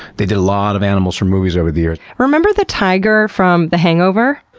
they did a lot of animals for movies over the years. remember the tiger from the hangover?